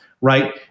Right